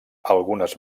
algunes